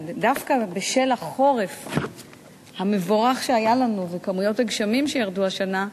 דווקא בשל החורף המבורך שהיה לנו וכמויות הגשמים שירדו השנה,